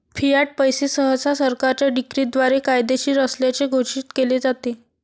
Fiat पैसे सहसा सरकारच्या डिक्रीद्वारे कायदेशीर असल्याचे घोषित केले जाते